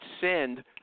send